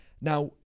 Now